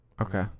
Okay